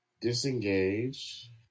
disengage